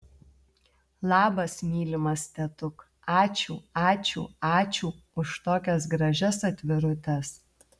labas mylimas tetuk ačiū ačiū ačiū už tokias gražias atvirutes